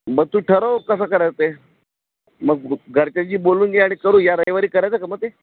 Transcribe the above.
मग तू ठरव कसं करायचं मग घरच्यांशी बोलून घे आणि करू या रविवारी करायचं का मग ते